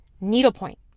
needlepoint